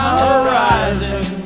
horizon